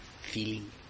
feeling